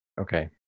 Okay